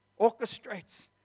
Orchestrates